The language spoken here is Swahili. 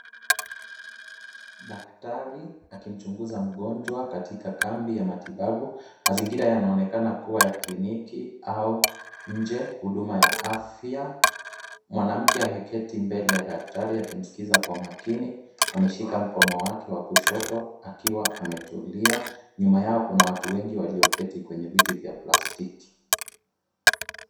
Daktari akimchunguza mgonjwa katika kambi ya matibabu, mazingira yanaonekana kuwa ya kliniki au nje huduma ya afya. Mwanamke ameketi mbele ya daktari akimsikiza kwa makini, ameshika mkono wake wa kushoto akiwa ametulia. Nyuma yao kuna watu wengi walioketi kwenye viti vya plastiki.